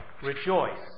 rejoice